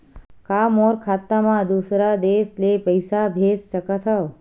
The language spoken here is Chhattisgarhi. का मोर खाता म दूसरा देश ले पईसा भेज सकथव?